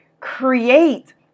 Create